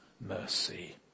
mercy